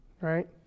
right